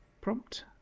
prompt